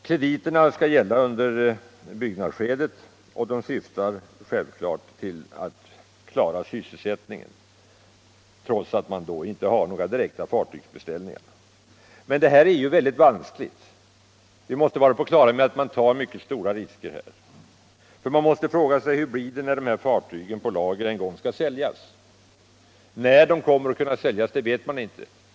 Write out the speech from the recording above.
Krediterna skall gälla under byggnadsskedet, och de syftar självfallet till att klara sysselsättningen, trots att man inte har några direkta far Men det här är ju mycket vanskligt. Vi måste vara på det klara med att man tar mycket uppenbara risker. Man måste fråga sig: Hur blir det när dessa fartyg på lager en gång skall säljas? När de kommer att säljas vet man inte.